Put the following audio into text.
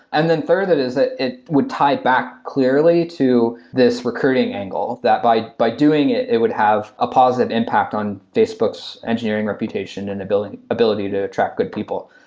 and then further it is that it would tie back clearly to this recruiting angle, that by by doing it, it would have a positive impact on facebook's engineering reputation and ability ability to attract good people.